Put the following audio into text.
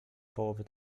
połowy